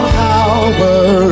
power